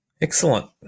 Excellent